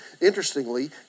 interestingly